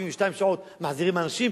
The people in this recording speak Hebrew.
בתוך 72 שעות מחזירים אנשים,